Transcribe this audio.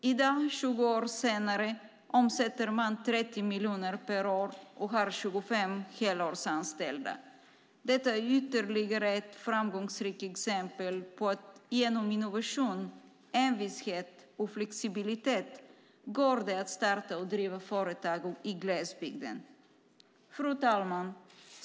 I dag, 20 år senare, omsätter man 30 miljoner per år och har 25 helårsanställda. Detta är ytterligare ett framgångsrikt exempel på att det genom innovation, envishet och flexibilitet går att starta och driva företag i glesbygden. Fru talman!